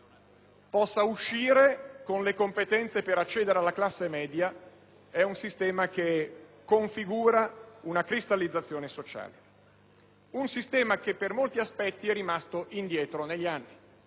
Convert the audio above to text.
possa uscire con le competenze per accedere alla classe media. È un sistema che configura una cristallizzazione sociale, un sistema che per molti aspetti è rimasto indietro negli anni.